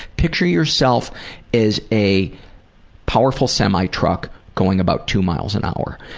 picture yourself as a powerful semi truck going about two miles an hour.